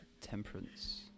temperance